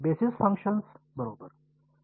basis functions बरोबर